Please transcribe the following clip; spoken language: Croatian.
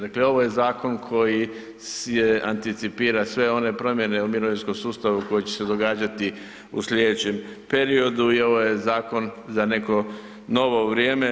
Dakle, ovo je zakon koji je, anticipira sve one promjene u mirovinskom sustavu koji će se događati u slijedećem periodu i ovo je zakon za neko novo vrijeme.